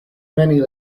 many